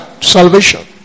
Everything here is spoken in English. salvation